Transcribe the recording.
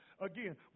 Again